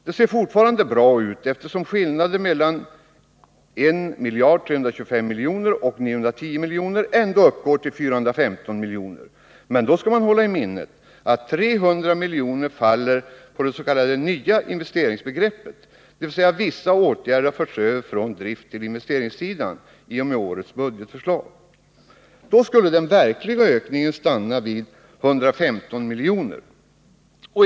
Det ser fortfarande bra ut, eftersom skillnaden mellan 1325 och 910 miljoner ändå uppgår till 415 miljoner, men då skall man hålla i minnet att 300 miljoner faller på det s.k. nya investeringsbegreppet, dvs. att vissa utgifter har förts över från drifttill investeringssidan i och med årets budgetförslag. Då skulle den verkliga ökningen stanna vid 115 miljoner.